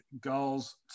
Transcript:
goals